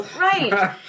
Right